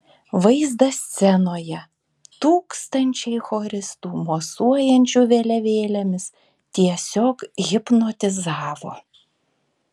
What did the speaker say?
vaizdas scenoje tūkstančiai choristų mosuojančių vėliavėlėmis tiesiog hipnotizavo